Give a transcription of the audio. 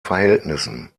verhältnissen